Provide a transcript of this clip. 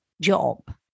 job